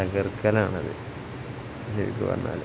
തകർക്കലാണത് ശരിക്കും പറഞ്ഞാൽ